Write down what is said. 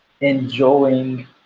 enjoying